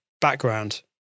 background